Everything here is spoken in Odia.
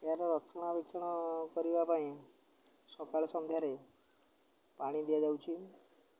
ଏହାର ରକ୍ଷଣବବେକ୍ଷଣ କରିବା ପାଇଁ ସକାଳ ସନ୍ଧ୍ୟାରେ ପାଣି ଦିଆଯାଉଛି